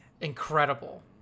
incredible